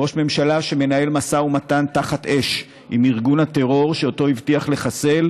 ראש ממשלה שמנהל משא ומתן תחת אש עם ארגון הטרור שאותו הבטיח לחסל,